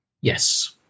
yes